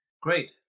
Great